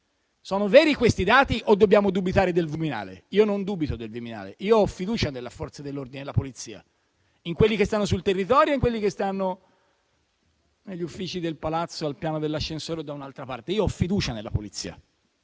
Sono veri questi dati o dobbiamo dubitare del Viminale? Io non dubito del Viminale. Io ho fiducia nelle Forze dell'ordine e nella Polizia, in quelli che stanno sul territorio e in quelli che stanno negli uffici del Palazzo, al piano dell'ascensore o da un'altra parte. Io ho fiducia nella Polizia.